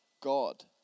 God